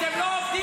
אתם לא עובדים.